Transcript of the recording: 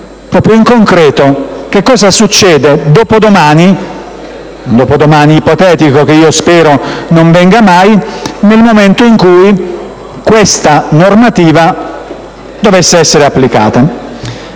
pratica, in concreto cosa accadrebbe dopodomani - un dopodomani ipotetico che io spero non venga mai -, nel momento in cui questa normativa dovesse essere applicata.